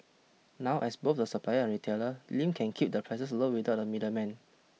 now as both the supplier and retailer Lim can keep the prices low without the middleman